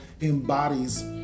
embodies